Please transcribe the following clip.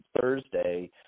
Thursday